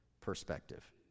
perspective